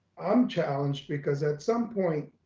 i'm challenged because at some point,